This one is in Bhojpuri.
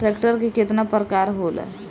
ट्रैक्टर के केतना प्रकार होला?